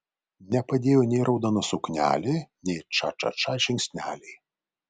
nepadėjo nei raudona suknelė nei ča ča ča žingsneliai